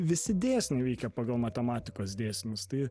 visi dėsniai veikia pagal matematikos dėsnius tai